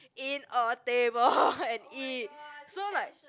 in a table and eat so like